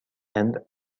and